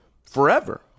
forever